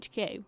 HQ